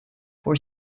for